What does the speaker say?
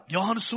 John